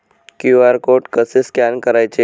QR code कसे scan करायचे?